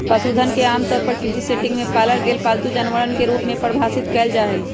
पशुधन के आमतौर पर कृषि सेटिंग में पालल गेल पालतू जानवरवन के रूप में परिभाषित कइल जाहई